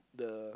the